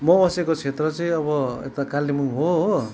म बसेको क्षेत्र चाहिँ अब यता कालिम्पोङ हो हो